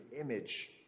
image